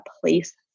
place